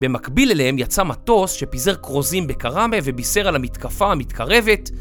במקביל אליהם יצא מטוס שפיזר כרוזים בקראמה ובישר על המתקפה המתקרבת